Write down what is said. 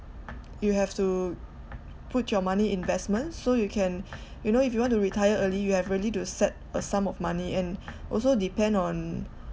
you have to put your money investment so you can you know if you want to retire early you have really to set a sum of money and also depend on